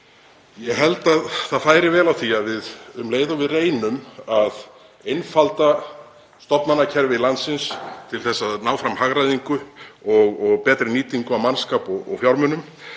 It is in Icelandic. Ég held að það færi vel á því að um leið og við reynum að einfalda stofnanakerfi landsins til að ná fram hagræðingu og betri nýtingu á mannskap og fjármunum